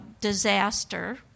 disaster